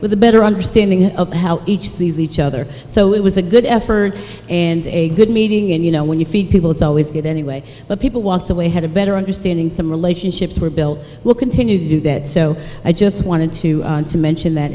with a better understanding of how each these each other so it was a good effort and a good meeting and you know when you feed people it's always good anyway but people want to weigh had a better understanding some relationships were built we'll continue to do that so i just wanted to mention that